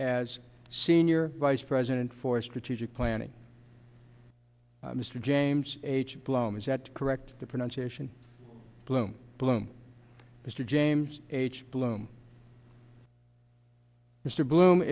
as senior vice president for strategic planning mr james h bloem is that correct pronunciation bloom bloom mr james h blum mr bloom